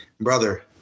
brother